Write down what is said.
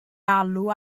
alw